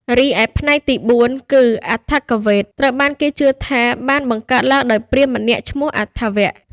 រីឯផ្នែកទី៤គឺ អថវ៌េទ ត្រូវបានគេជឿថាបានបង្កើតឡើងដោយព្រាហ្មណ៍ម្នាក់ឈ្មោះ អថវ៌។